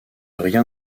rien